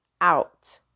out